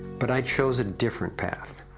but i chose a different path.